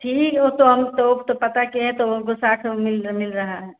ठीक वह तो हम तो तो पता किए तो हमको साठ में मिल मिल रहा है